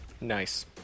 Nice